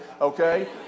Okay